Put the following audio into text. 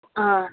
ꯑꯥ